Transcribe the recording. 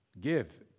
Give